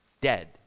dead